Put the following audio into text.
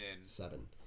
Seven